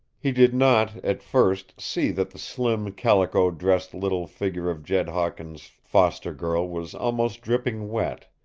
he did not, at first, see that the slim, calico-dressed little figure of jed hawkins' foster-girl was almost dripping wet.